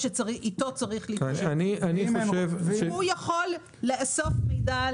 ואם היא לא תתכנס?